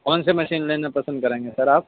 کون سی مشین لینا پسند کریں گے سر آپ